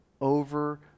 over